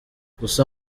gusa